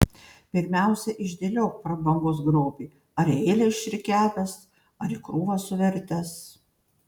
pirmiausia išdėliok prabangos grobį ar į eilę išrikiavęs ar į krūvą suvertęs